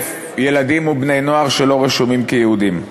100,000 ילדים ובני-נוער שלא רשומים כיהודים.